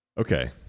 Okay